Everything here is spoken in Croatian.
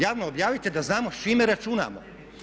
Javno objavite da znamo s čime računamo.